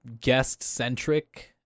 guest-centric